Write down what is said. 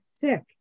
sick